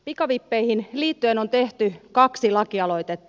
pikavippeihin liittyen on tehty kaksi lakialoitetta